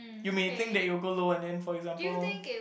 you may think that you go low and then for example